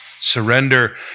Surrender